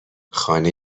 خانه